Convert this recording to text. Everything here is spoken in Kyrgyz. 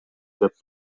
деп